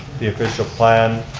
the official plan,